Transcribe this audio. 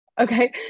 Okay